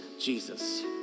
Jesus